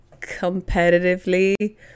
competitively